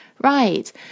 right